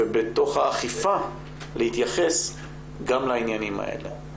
בתוך האכיפה להתייחס גם לעניינים האלה.